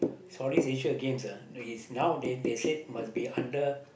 Southeast-Asia against ah no it's now they they said must be under